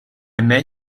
met